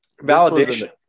Validation